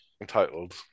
entitled